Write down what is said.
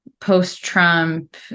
post-Trump